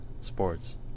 sports